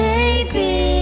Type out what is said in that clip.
Baby